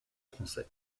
français